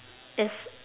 is